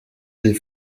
des